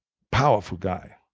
powerful guy.